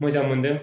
मोजां मोनदों